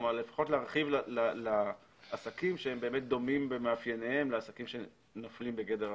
לפחות להרחיב לעסקים שהם דומים במאפייניהם לעסקים שנופלים בגדר החוק.